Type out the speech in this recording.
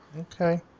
Okay